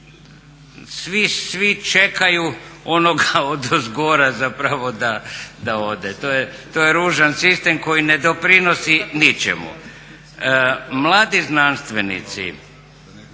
Svi čekaju onoga odozgora zapravo da ode. I to je ružan sistem koji ne doprinosi ničemu. Mladi znanstvenici